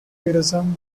heroism